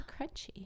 crunchy